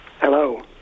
Hello